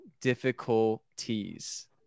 difficulties